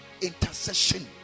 intercession